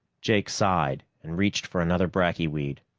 jake sighed and reached for another bracky weed.